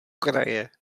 kraje